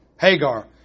Hagar